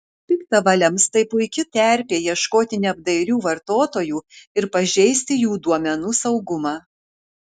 piktavaliams tai puiki terpė ieškoti neapdairių vartotojų ir pažeisti jų duomenų saugumą